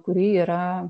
kuri yra